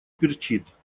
перчит